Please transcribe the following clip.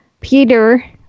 Peter